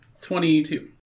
Twenty-two